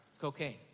cocaine